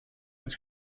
its